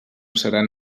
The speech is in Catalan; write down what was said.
seran